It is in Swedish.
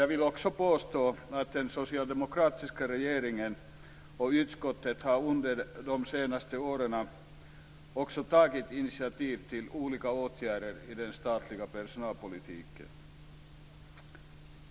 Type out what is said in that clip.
Jag vill också påstå att den socialdemokratiska regeringen och utskottet under de senaste åren också har tagit initiativ till olika åtgärder i den statliga personalpolitiken.